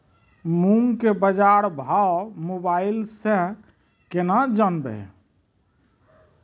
मूंग के बाजार भाव मोबाइल से के ना जान ब?